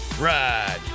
ride